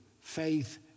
faith